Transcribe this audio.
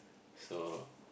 so